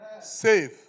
save